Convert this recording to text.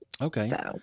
Okay